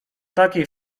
takiej